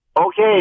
Okay